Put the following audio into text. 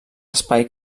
espai